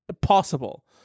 possible